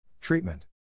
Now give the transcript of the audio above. Treatment